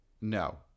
No